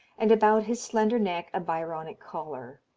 and about his slender neck a byronic collar.